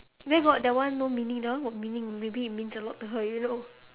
where got that one no meaning that one got meaning maybe it means a lot to her you know